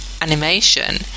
animation